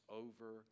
over